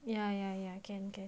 ya ya ya can can